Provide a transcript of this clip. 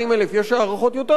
ויש הערכות יותר גבוהות,